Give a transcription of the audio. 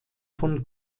von